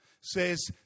says